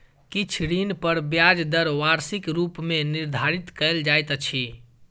किछ ऋण पर ब्याज दर वार्षिक रूप मे निर्धारित कयल जाइत अछि